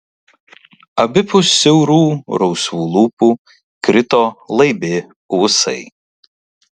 abipus siaurų rausvų lūpų krito laibi ūsai